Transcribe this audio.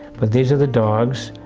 but these are the dogs,